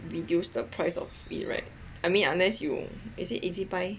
reduce the price of it right I mean unless you is it Ezbuy